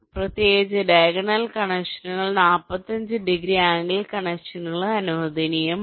പ്രത്യേകിച്ച് ഡയഗണൽ കണക്ഷനുകൾ 45 degree angle കണക്ഷനുകളും അനുവദനീയമാണ്